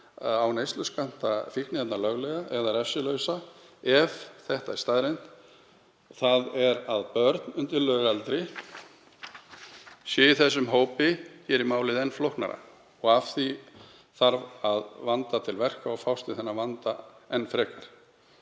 á neysluskammta fíkniefna „löglega“ eða refsilausa ef þetta er staðreynd. Það að börn undir lögaldri séu í þessum hópi gerir málið enn flóknara og því þarf að vanda til verka til að fást við þennan vanda enn frekar.